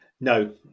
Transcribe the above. No